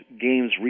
games